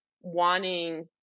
wanting